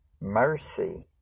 mercy